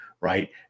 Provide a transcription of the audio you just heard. right